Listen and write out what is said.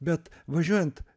bet važiuojant